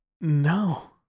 no